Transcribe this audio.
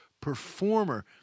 performer